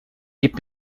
gib